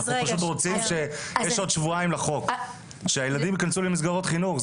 אנחנו פשוט רוצים שהילדים ייכנסו למסגרות חינוך.